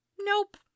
Nope